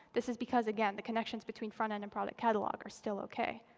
this is because, again, the connections between front end and product catalog are still ok.